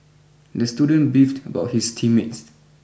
the student beefed about his team mates